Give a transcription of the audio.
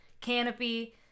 canopy